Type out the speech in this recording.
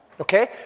okay